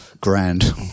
Grand